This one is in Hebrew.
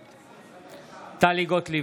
בעד טלי גוטליב,